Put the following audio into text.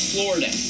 Florida